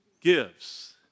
gives